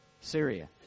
Syria